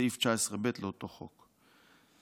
סעיף 19(ב) לאותו חוק.